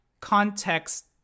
context